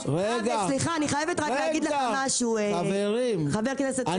סליחה, אני חייבת להגיד לך משהו, חבר כנסת ביטון.